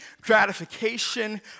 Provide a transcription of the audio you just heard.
gratification